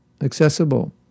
accessible